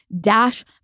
Dash